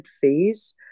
phase